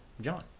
John